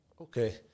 Okay